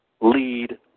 lead